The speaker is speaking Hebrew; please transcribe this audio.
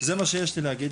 זה מה שיש לי להגיד,